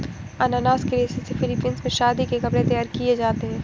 अनानास के रेशे से फिलीपींस में शादी के कपड़े तैयार किए जाते हैं